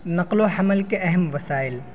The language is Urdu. نقل و حمل کے اہم وسائل